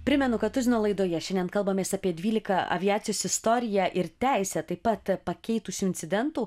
primenu kad tuzino laidoje šiandien kalbamės apie dvylika aviacijos istoriją ir teisę taip pat pakeitusių incidentų